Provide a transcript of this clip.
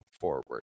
forward